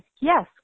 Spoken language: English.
yes